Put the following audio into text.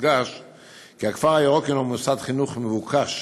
יודגש כי הכפר הירוק הוא מוסד חינוך מבוקש,